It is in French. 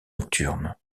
nocturne